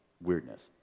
weirdness